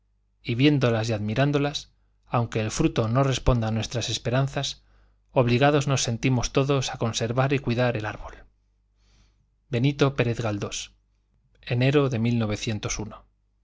y viéndolas y admirándolas aunque el fruto no responda a nuestras esperanzas obligados nos sentimos todos a conservar y cuidar el árbol b pérez galdós madrid enero de tomo